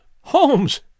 Holmes